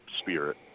spirit